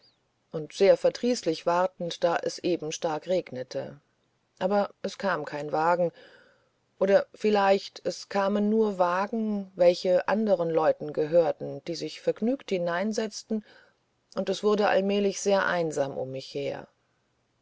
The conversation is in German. und sehr verdrießlich wartend da es eben stark regnete aber es kam kein wagen oder vielleicht es kamen nur wagen welche anderen leuten gehörten die sich vergnügt hineinsetzten und es wurde allmählich sehr einsam um mich her